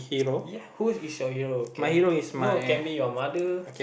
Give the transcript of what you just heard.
ya who is your hero okay no can be your mother